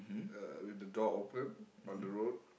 uh with the door open on the road